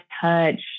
touch